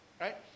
right